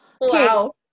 Wow